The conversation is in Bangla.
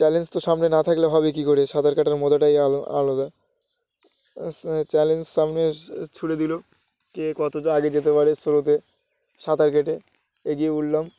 চ্যালেঞ্জ তো সামনে না থাকলে হবে কী করে সাঁতার কাটার মজাটাই আলো আলাদা চ্যালেঞ্জ সামনে ছুঁড়ে দিল কে কতটা আগে যেতে পারে স্রোতে সাঁতার কেটে এগিয়ে উঠলাম